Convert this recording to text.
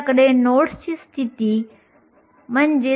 किंचित कमी म्हणजे 1